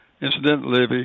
Incidentally